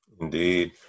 Indeed